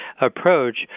approach